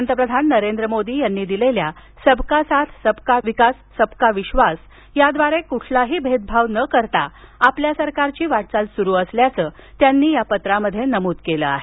पंतप्रधान नरेंद्र मोदी यांनी दिलेल्या सबका साथ सबका विकास सबका विश्वास याद्वारे कुठलाही भेदभाव न करता आपल्या सरकारची वाटचाल सुरु असल्याचे त्यांना या पत्रांत नमूद केलं आहे